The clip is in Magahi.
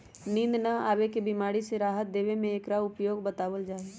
नींद न आवे के बीमारी से राहत देवे में भी एकरा उपयोग बतलावल जाहई